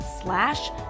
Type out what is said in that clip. slash